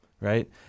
right